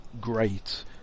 great